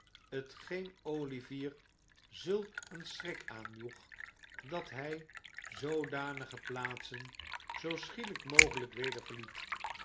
t geen olivier zulk een schrik aanjoeg dat hij zoodanige plaatsen zoo schielijk mogelijk weder verliet